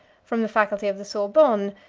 from the faculty of the sorbonne,